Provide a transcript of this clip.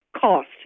cost